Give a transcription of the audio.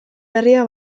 berria